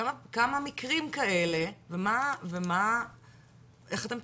כמה מקרים כאלה ומה איך אתם מטפלים?